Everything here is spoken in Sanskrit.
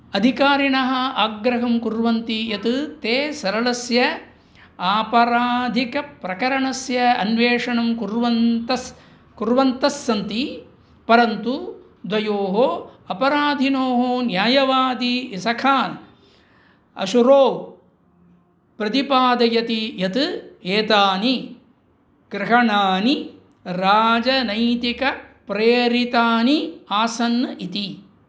अधिकारिणः आग्रहं कुर्वन्ति यत् ते सरलस्य आपराधिकप्रकरणस्य अन्वेषणं कुर्वन्तस् कुर्वन्तस्सन्ति परन्तु द्वयोः अपराधिनोः न्यायवादी इसखान् अशुरो प्रतिपादयति यत् एतानि ग्रहणानि राजनैतिकप्रेरितानि आसन् इति